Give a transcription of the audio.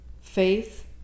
faith